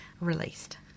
released